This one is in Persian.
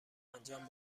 انجام